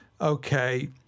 okay